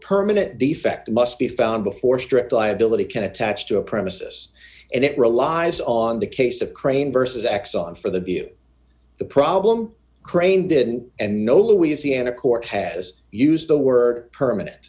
permanent defect must be found before strict liability can attach to a premises and it relies on the case of crane versus exxon for the view the problem crane didn't and no louisiana court has used the word permanent